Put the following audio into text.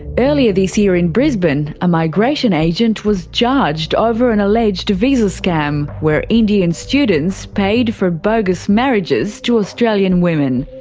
earlier this year in brisbane, a migration agent was charged over an alleged visa scam where indian students paid for bogus marriages to australian women.